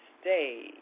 stay